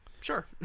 Sure